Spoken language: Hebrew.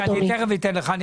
רגע, אני תכף אתן לך.